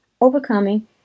overcoming